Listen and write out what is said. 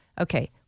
Okay